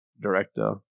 director